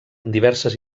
diverses